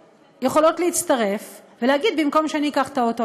יכולות להצטרף ולהגיד: במקום שאני אקח את האוטו,